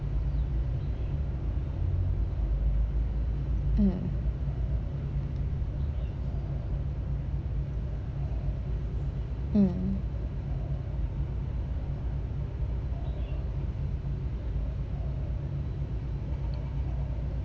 mm mm